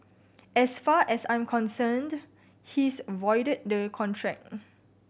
as far as I'm concerned he is voided the contract